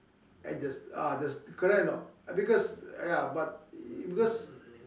at the ah the correct or not I because ya but because